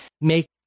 make